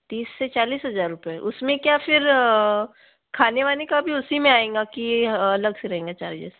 तीस से चालीस हज़ार रुपये उसमें क्या फ़िर खाने वाने का भी उसी में आएगा की अलग से रहेगा चार्जेस